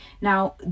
Now